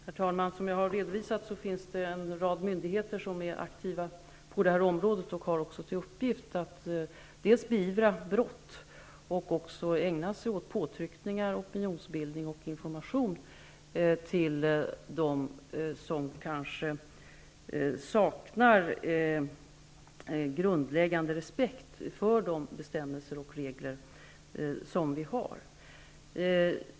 Herr talman! Som jag har redovisat finns det en rad myndigheter som är aktiva på det här området och som har i uppgift att dels beivra brott, dels ägna sig åt påtryckningar, opinionsbildning och information till dem som kanske saknar en grundläggande respekt för de bestämmelser och regler som finns.